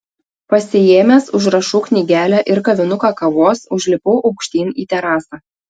pasiėmęs užrašų knygelę ir kavinuką kavos užlipau aukštyn į terasą